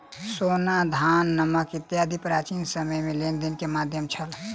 सोना, धान, नमक इत्यादि प्राचीन समय में लेन देन के माध्यम छल